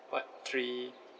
part three